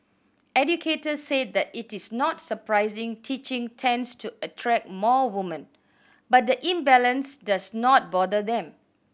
educators said that it is not surprising teaching tends to attract more woman but the imbalance does not bother them